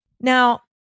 Now